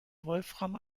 wolfram